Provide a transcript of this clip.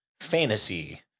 fantasy